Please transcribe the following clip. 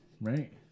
right